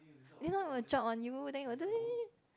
didn't know it will drop on you then you will